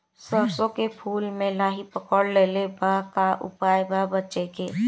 सरसों के फूल मे लाहि पकड़ ले ले बा का उपाय बा बचेके?